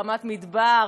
רמת מדבר,